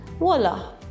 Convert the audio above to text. Voila